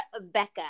Becca